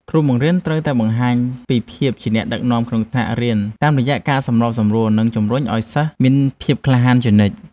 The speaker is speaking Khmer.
គ្រូបង្រៀនត្រូវតែបង្ហាញពីភាពជាអ្នកដឹកនាំក្នុងថ្នាក់រៀនតាមរយៈការសម្របសម្រួលនិងការជំរុញឱ្យសិស្សមានភាពក្លាហានជានិច្ច។